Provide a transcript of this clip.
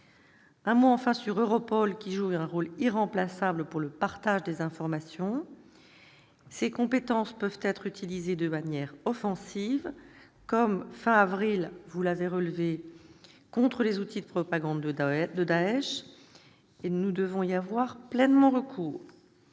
Un mot enfin sur EUROPOL, qui joue un rôle irremplaçable pour le partage des informations. Ses compétences peuvent être utilisées de façon offensive, comme fin avril- vous l'avez rappelé, monsieur le président -contre les outils de propagande de Daech. Nous devons y avoir pleinement recours.